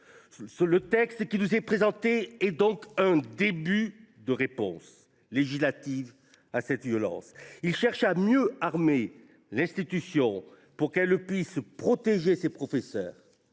Le texte qui nous est présenté est un début de réponse législative à cette violence. Il cherche à mieux armer l’institution afin qu’elle puisse protéger ses professeurs.